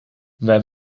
wij